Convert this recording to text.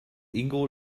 ingo